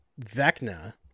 Vecna